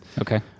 okay